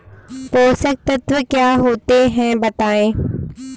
पोषक तत्व क्या होते हैं बताएँ?